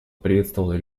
приветствовал